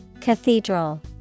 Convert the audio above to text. Cathedral